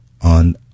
on